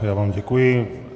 Já vám děkuji.